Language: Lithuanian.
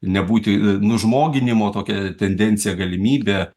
nebūti nužmoginimo tokia tendencija galimybė